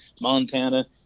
Montana